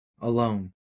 Alone